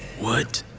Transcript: what?